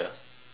okay